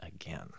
again